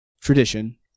tradition